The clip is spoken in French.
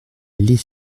les